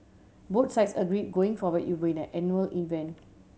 both sides agree going forward it would be an annual event